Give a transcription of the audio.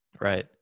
right